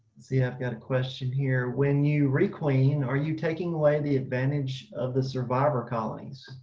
see, i've got a question here. when you requeen are you taking away the advantage of the survivor colonies?